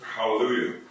Hallelujah